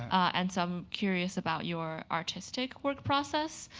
and so i'm curious about your artistic work process.